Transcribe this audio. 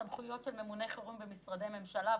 סמכויות של ממוני חירום במשרדי ממשלה,